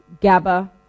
GABA